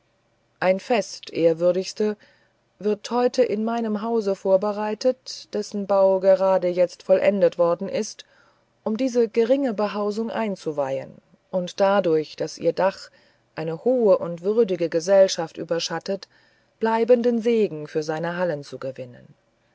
ein fest ehrwürdigste wird heute in meinem hause vorbereitet dessen bau gerade jetzt vollendet worden ist um diese geringe behausung einzuweihen und dadurch daß ihr dach eine hohe und würdige gesellschaft überschattet bleibenden segen für seine hallen zu gewinnen